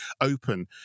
open